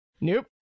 Nope